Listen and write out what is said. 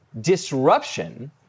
disruption